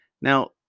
Now